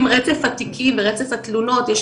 עם רצף התיקים ורצף התלונות,